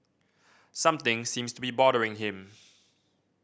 something seems to be bothering him